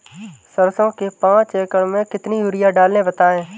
सरसो के पाँच एकड़ में कितनी यूरिया डालें बताएं?